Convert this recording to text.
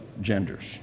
genders